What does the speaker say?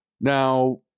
now